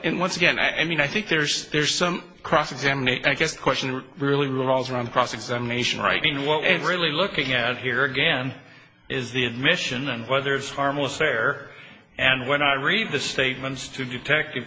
in once again i mean i think there's there's some cross examination i guess the question really revolves around cross examination writing what we're really looking at here again is the admission and whether it's harmless there and when i read the statements to detective